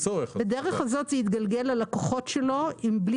בדרך הזאת זה יתגלגל על הלקוחות שלו ובלי